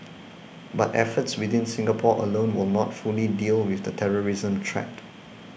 but efforts within Singapore alone will not fully deal with the terrorism threat